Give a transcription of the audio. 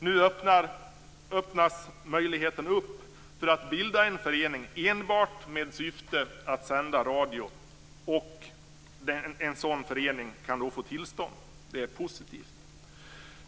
Nu öppnas möjligheten att bilda en förening enbart med syftet att sända radio och att en sådan förening kan få tillstånd, och det är positivt.